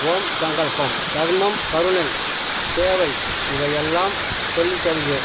ஓம் ஸங்கல்பம் தர்மம் கருணை சேவை இவை எல்லாம் சொல்லித் தருது